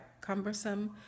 cumbersome